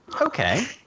okay